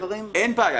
אין כזה דבר.